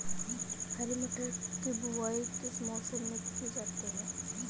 हरी मटर की बुवाई किस मौसम में की जाती है?